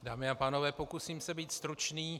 Dámy a pánové, pokusím se být stručný.